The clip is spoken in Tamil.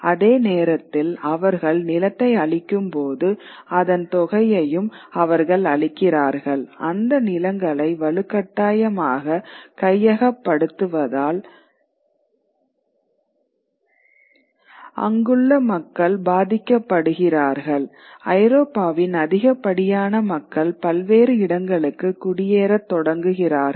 அதே நேரத்தில் அவர்கள் நிலத்தை அழிக்கும்போது அதன் தொகையையும் அவர்கள் அழிக்கிறார்கள் அந்த நிலங்களை வலுக்கட்டாயமாக கையகப்படுத்துவதால் கிறார்கள் ஐரோப்பாவின் அதிகப்படியான மக்கள் பல்வேறு இடங்களுக்கு குடியேறத் தொடங்குகிறார்கள்